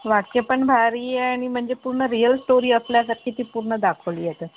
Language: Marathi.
वाटते पण भारी आहे आणि म्हणजे पूर्ण रियल स्टोरी आपल्यासारखी ती पूर्ण दाखवली आहे तर